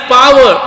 power